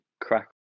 crack